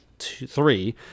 three